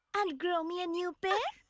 and grow me a new pair?